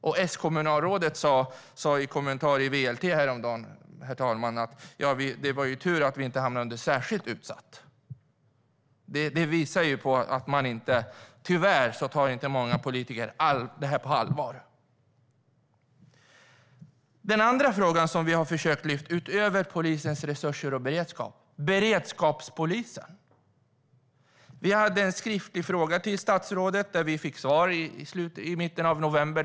S-kommunalrådet sa i en kommentar i VLT häromdagen, herr talman, att det var tur att området inte hamnade bland de särskilt utsatta. Det visar på att många politiker tyvärr inte tar det här på allvar. Den andra frågan som vi har försökt lyfta utöver polisens resurser och beredskap handlar om beredskapspolisen. Vi ställde en skriftlig fråga till statsrådet. Vi fick svar i mitten av november.